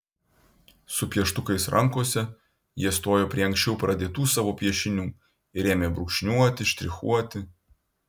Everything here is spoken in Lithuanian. su pieštukais rankose jie stojo prie anksčiau pradėtų savo piešinių ir ėmė brūkšniuoti štrichuoti